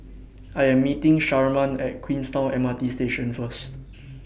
I Am meeting Sharman At Queenstown M R T Station First